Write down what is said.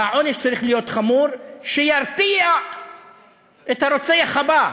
והעונש צריך להיות חמור, שירתיע את הרוצח הבא.